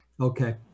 Okay